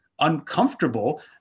uncomfortable